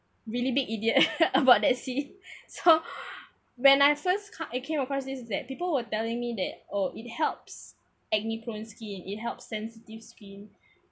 really big idiot about that scene so when I first ca~ it came across this that people were telling me that oh it helps acne prone skin it helps sensitive skin